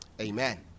Amen